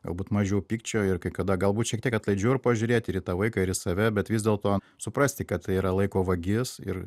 galbūt mažiau pykčio ir kai kada galbūt šiek tiek atlaidžiau ir pažiūrėt ir į tą vaiką ir į save bet vis dėlto suprasti kad tai yra laiko vagis ir